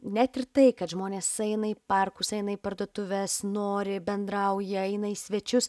net ir tai kad žmonės eina į parkus eina į parduotuves nori bendrauja eina į svečius